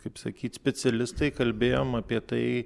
kaip sakyt specialistai kalbėjom apie tai